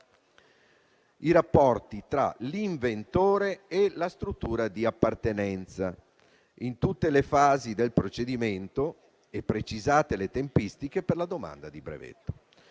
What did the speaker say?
i rapporti tra l'inventore e la struttura di appartenenza in tutte le fasi del procedimento e precisate le tempistiche per la domanda di brevetto.